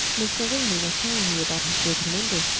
mr. ringley was telling me about his broken window,